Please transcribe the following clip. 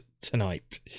tonight